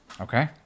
Okay